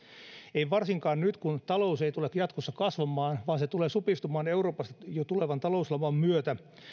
ei varsinkaan nyt kun talous ei tule jatkossa kasvamaan vaan se tulee supistumaan euroopasta jo tulevan talouslaman myötä